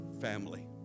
family